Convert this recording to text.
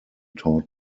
taught